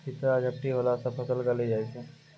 चित्रा झपटी होला से फसल गली जाय छै?